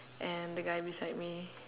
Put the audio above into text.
and the guy beside me